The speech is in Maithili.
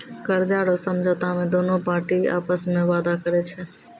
कर्जा रो समझौता मे दोनु पार्टी आपस मे वादा करै छै